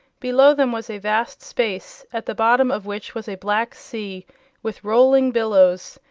below them was a vast space, at the bottom of which was a black sea with rolling billows,